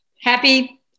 Happy